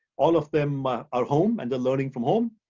all of them are home and they're learning from home.